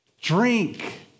drink